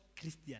Christian